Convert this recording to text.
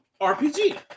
RPG